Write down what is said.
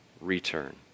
return